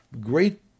great